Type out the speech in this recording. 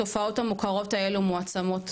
התופעות המוכרות האלו מועצמות,